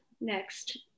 Next